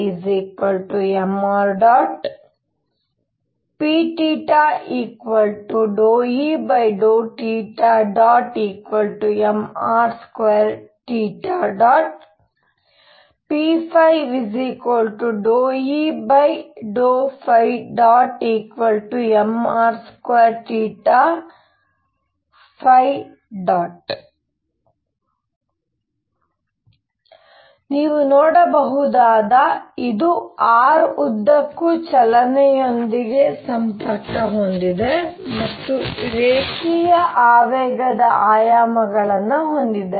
ಇವು pr ∂E ∂r mr ̇ p∂E∂θ̇mr2̇ pϕ ∂E∂̇ mr2ϕ̇ ನೀವು ನೋಡಬಹುದಾದ ಇದು r ಉದ್ದಕ್ಕೂ ಚಲನೆಯೊಂದಿಗೆ ಸಂಪರ್ಕ ಹೊಂದಿದೆ ಮತ್ತು ರೇಖೀಯ ಆವೇಗದ ಆಯಾಮವನ್ನು ಹೊಂದಿದೆ